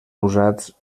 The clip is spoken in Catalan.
usats